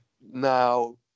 Now